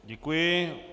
Děkuji.